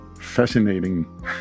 fascinating